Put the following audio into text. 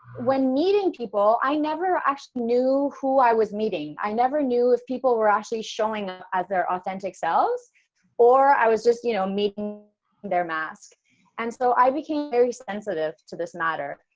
when meeting people, i never actually knew who i was meeting. i never knew if people were actually showing, ah as their authentic selves or i was just, you know, meeting their masks and so i became very sensitive to this matter,